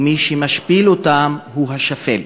ומי שמשפיל אותן הוא השפל.